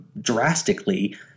drastically